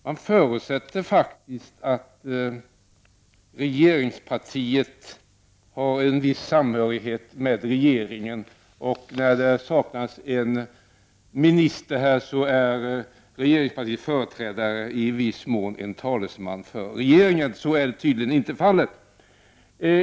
Man förutsätter faktiskt att regeringspartiet har en viss samhörighet med regeringen, och när det saknas en minister här är regeringspartiets företrädare i viss mån en talesman för regeringen. Men så är tydligen inte fallet.